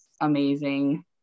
amazing